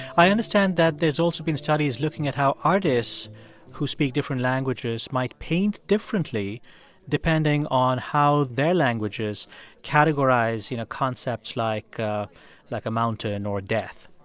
i understand that there's also been studies looking at how artists who speak different languages might paint differently depending on how their languages categorize, you know, concepts like ah like a mountain or death